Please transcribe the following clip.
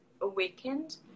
awakened